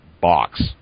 box